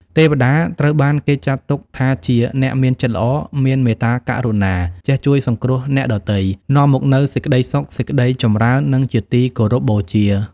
ទេវតាត្រូវបានគេចាត់ទុកថាជាអ្នកមានចិត្តល្អ មានមេត្តាករុណា ចេះជួយសង្គ្រោះអ្នកដទៃ នាំមកនូវសេចក្តីសុខសេចក្តីចម្រើន និងជាទីគោរពបូជា។